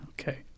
Okay